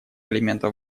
элементов